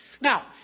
Now